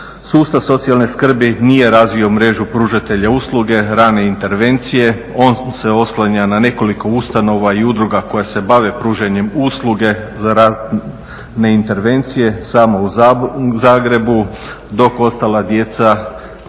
Sustav socijalne skrbi nije razvio mrežu pružatelja usluge rane intervencije. On se oslanja na nekoliko ustanova i udruga koje se bave pružanjem usluge za razne intervencije samo u Zagrebu dok ostala djeca